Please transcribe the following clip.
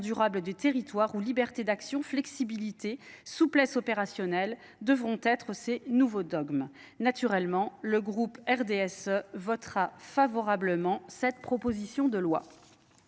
durable des territoires où liberté d'action flexibilité souplesse opérationnelle, devront être ces nouveaux dogmes. Naturellement, le groupe D S E votera favorablement cette proposition de loi.